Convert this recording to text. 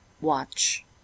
watch